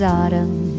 autumn